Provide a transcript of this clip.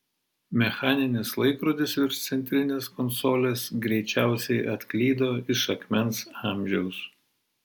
mechaninis laikrodis virš centrinės konsolės greičiausiai atklydo iš akmens amžiaus